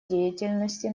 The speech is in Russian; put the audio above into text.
деятельности